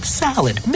salad